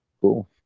cool